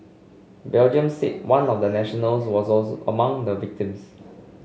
Belgium said one of the nationals was also among the victims